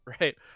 Right